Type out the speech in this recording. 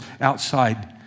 outside